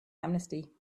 amnesty